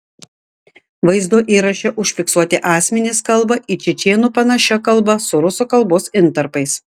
vaizdo įraše užfiksuoti asmenys kalba į čečėnų panašia kalba su rusų kalbos intarpais